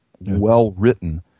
well-written